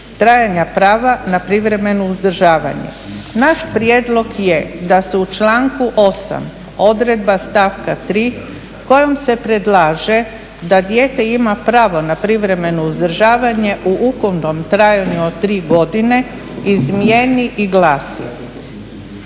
trajanja prava na privremeno uzdržavanje. Naš prijedlog je da se u članku 8., odredba stavka 3 kojom se predlaže da dijete ima pravo na privremeno uzdržavanje u ukupnom trajanju od 3 godine, izmijeni i glasi,